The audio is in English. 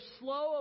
slow